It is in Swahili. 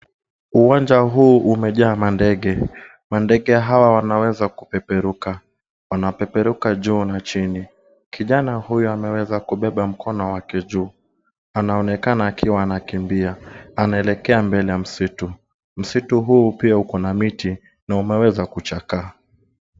Uwanja huu umejaa mandege. Mandenge hawa wanaweza kupeperuka. Wanapeperuka juu na chini. Kijana huyu ameweza kubeba mkono wake juu. Anaonekana akiwa anakimbia anaelekea mbele ya msitu. Msitu huu pia uko na miti na umeweza kuchakaa.